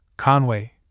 Conway